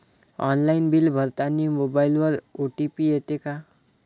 Online bill भरतानी मोबाईलवर OTP येते का?